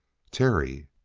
terry!